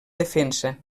defensa